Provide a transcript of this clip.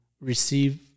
receive